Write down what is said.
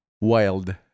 Wild